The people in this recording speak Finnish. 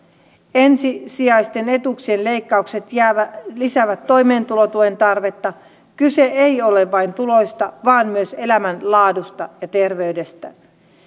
ensisijaisten etuuksien leikkaukset lisäävät toimeentulotuen tarvetta kyse ei ole vain tuloista vaan myös elämän laadusta ja terveydestä